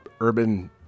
urban